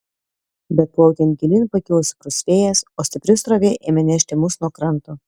bet plaukiant gilyn pakilo stiprus vėjas o stipri srovė ėmė nešti mus nuo kranto